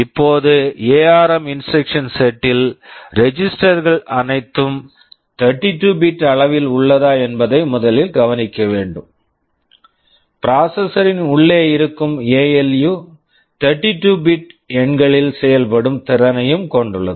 இப்போது ARM ARM instruction Instruction set set ல் registers registers கள் அனைத்தும் 32 பிட் bit அளவில் உள்ளதா என்பதை முதலில் கவனிக்க வேண்டும் ப்ராசஸர் processor ன் உள்ளே இருக்கும் எஎல்யு ALU 32 பிட் bit எண்களில் செயல்படும் திறனையும் கொண்டுள்ளது